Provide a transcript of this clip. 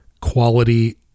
quality